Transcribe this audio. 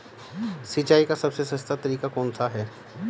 सिंचाई का सबसे सस्ता तरीका कौन सा है?